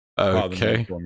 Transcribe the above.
Okay